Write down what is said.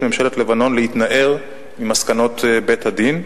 ממשלת לבנון להתנער ממסקנות בית-הדין.